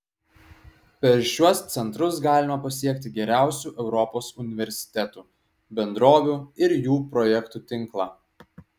per šiuos centrus galima pasiekti geriausių europos universitetų bendrovių ir jų projektų tinklą